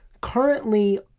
Currently